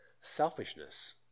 Selfishness